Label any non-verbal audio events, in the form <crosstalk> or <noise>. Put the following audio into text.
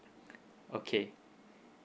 <breath> okay